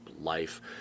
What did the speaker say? life